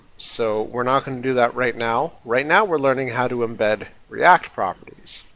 so we're not going to do that right now. right now we're learning how to embed react properties.